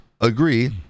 Agree